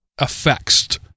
affects